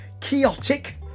chaotic